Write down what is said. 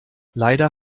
leider